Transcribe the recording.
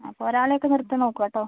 അപ്പം ഒരാളെ ഒക്കെ നിർത്തി നോക്കുക കേട്ടോ